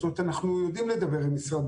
זאת אומרת אנחנו יודעים לדבר עם משרד